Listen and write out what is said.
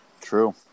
True